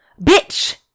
bitch